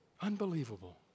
Unbelievable